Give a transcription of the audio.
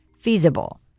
feasible